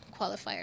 qualifier